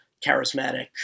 charismatic